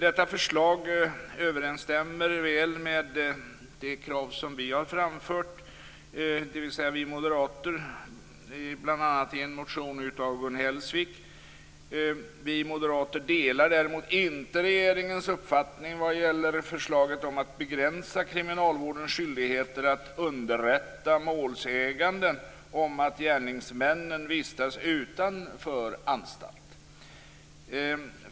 Detta förslag överensstämmer väl med de krav som vi moderater har framfört bl.a. i en motion av Gun Hellsvik. Vi moderater delar däremot inte regeringens uppfattning vad gäller förslaget om att begränsa kriminalvårdens skyldigheter att underrätta målsägande om att gärningsmännen vistas utanför anstalt.